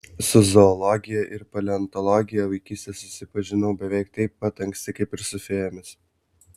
su zoologija ir paleontologija vaikystėje susipažinau beveik taip pat anksti kaip ir su fėjomis